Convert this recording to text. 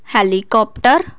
helicopter